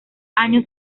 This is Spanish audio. año